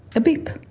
a beep,